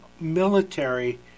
military